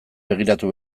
begiratu